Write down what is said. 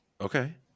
Okay